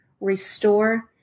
restore